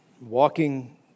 walking